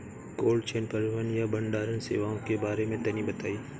Cold chain परिवहन या भंडारण सेवाओं के बारे में तनी बताई?